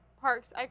park's